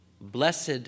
Blessed